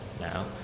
now